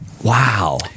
Wow